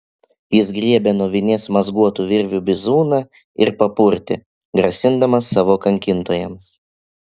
jis griebė nuo vinies mazguotų virvių bizūną ir papurtė grasindamas savo kankintojams